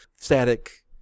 static